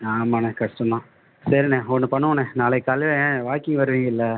ஆமாம்ண்ணே கஷ்டம் தான் சரிண்ணே ஒன்று பண்ணுவோம்ண்ணே நாளைக்கு காலையில வாக்கிங் வருவிங்கள்ள